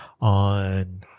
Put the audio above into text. on